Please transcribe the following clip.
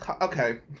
okay